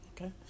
okay